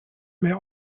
mehr